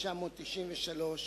ממלא-מקום),